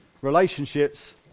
relationships